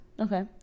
okay